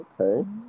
okay